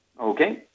Okay